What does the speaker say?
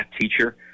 teacher